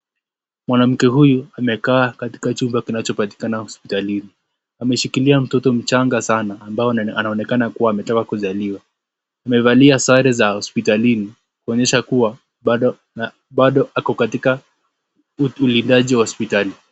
Mwanamke huyu amekaa katika chumba kinachopatikana hospitalini. Ameshikilia mtoto mchanga sana ambaye anaonekana kuwa ametoka kuzaliwa. Amevalia sare za hospitalini kuonyesha kuwa bado ako katika utulindaji wa hospitali.